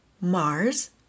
Mars